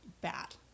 bad